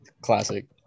Classic